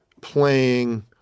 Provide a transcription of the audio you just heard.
playing